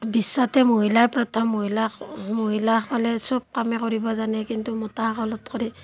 বিশ্বতে মহিলাই প্ৰথম মহিলাক মহিলাসকলে চব কামেই কৰিব জানে কিন্তু মতাসকলত কৰি